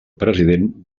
president